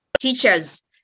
teachers